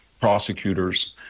prosecutors